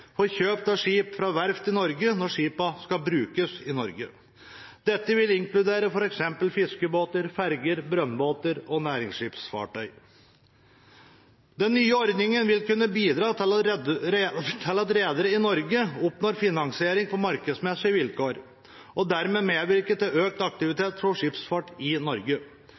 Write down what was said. for kjøp av skip fra verft i Norge når skipene skal brukes i Norge. Dette vil inkludere f.eks. fiskebåter, ferger, brønnbåter og næringsfartøy. Den nye ordningen vil kunne bidra til at redere i Norge oppnår finansiering på markedsmessige vilkår, og dermed medvirke til økt aktivitet for skipsfart i Norge.